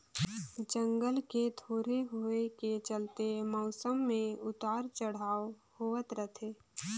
जंगल के थोरहें होए के चलते मउसम मे उतर चढ़ाव होवत रथे